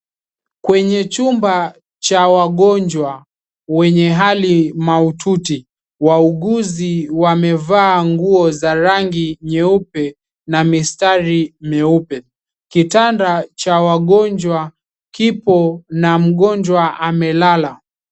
Kwenye chumba cha wagonjwa wenye hali mahututi, wauguzi wamevaa nguo za rangi nyeupe na mistari meupe. Kitanda cha wagonjwa kipo na mgonjwa amelala.